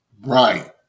right